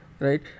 Right